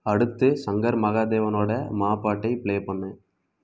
அடுத்து ஷங்கர் மகாதேவனோட மா பாட்டைப் பிளே பண்ணு